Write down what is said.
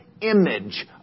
image